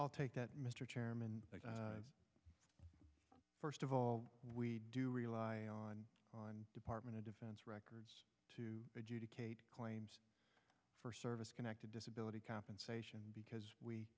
i'll take that mr chairman first of all we do rely on department of defense records to adjudicate claims for service connected disability compensation because we